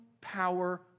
power